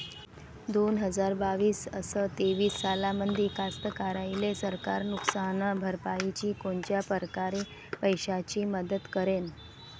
दोन हजार बावीस अस तेवीस सालामंदी कास्तकाराइले सरकार नुकसान भरपाईची कोनच्या परकारे पैशाची मदत करेन?